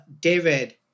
David